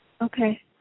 Okay